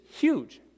huge